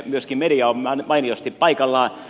myöskin media on mainiosti paikallaan